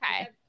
okay